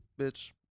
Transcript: bitch